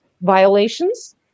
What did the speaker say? violations